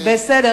בסדר.